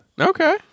Okay